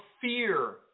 fear